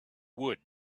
wood